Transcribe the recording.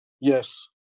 Yes